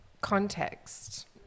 context